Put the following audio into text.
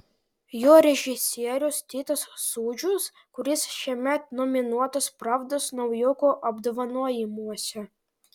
jo režisierius titas sūdžius kuris šiemet nominuotas pravdos naujokų apdovanojimuose